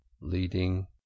leading